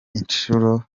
inshuro